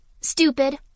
Stupid